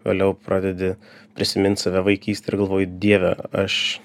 vėliau pradedi prisimint save vaikystėj ir galvoji dieve aš